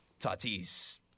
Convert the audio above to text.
Tatis